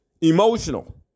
Emotional